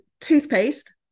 toothpaste